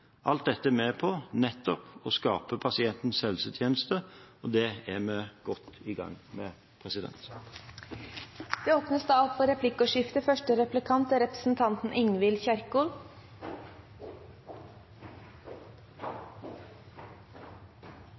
Alt dette er med på nettopp å skape pasientens helsetjeneste, og det er vi godt i gang med. Det blir replikkordskifte. Statsråden redegjør for et budsjett som er